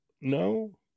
no